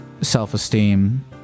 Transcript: self-esteem